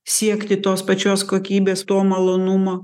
siekti tos pačios kokybės to malonumo